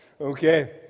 Okay